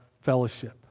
fellowship